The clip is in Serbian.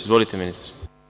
Izvolite, ministre.